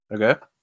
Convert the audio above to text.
Okay